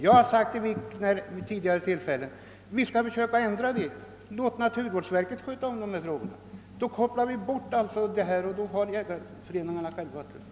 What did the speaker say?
Jag har sagt till herr Wikner vid tidigare tillfällen: Vi skall försöka ändra den saken. Låt naturvårdsverket sköta om denna sak! Då kopplar vi bort jägarföreningarna i detta sammanhang.